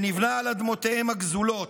שנבנה על אדמותיהם הגזולות.